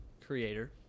creator